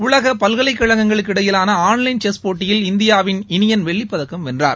உலக பல்கலைக்கழகங்களுக்கு இடையிலான ஆள்லைன் செஸ் போட்டியில் இந்தியாவின் இனியன் வெள்ளிப்பதக்கம் வென்றார்